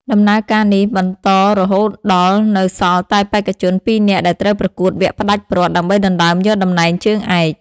ដំណើរការនេះបន្តរហូតដល់នៅសល់តែបេក្ខជនពីរនាក់ដែលត្រូវប្រកួតវគ្គផ្ដាច់ព្រ័ត្រដើម្បីដណ្ដើមយកតំណែងជើងឯក។